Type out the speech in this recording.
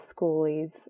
schoolies